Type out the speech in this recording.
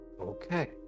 okay